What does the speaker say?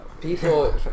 people